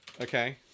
Okay